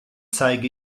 zeige